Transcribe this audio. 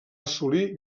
assolir